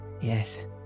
Yes